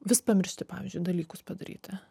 vis pamiršti pavyzdžiui dalykus padaryti